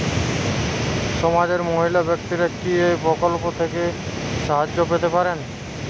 সমাজের মহিলা ব্যাক্তিরা কি এই প্রকল্প থেকে সাহায্য পেতে পারেন?